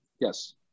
Yes